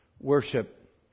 worship